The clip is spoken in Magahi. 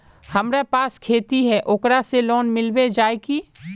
हमरा पास खेती है ओकरा से लोन मिलबे जाए की?